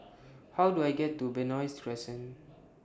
How Do I get to Benoi Crescent